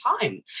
time